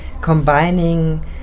combining